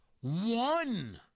One